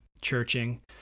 churching